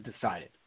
decided